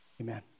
amen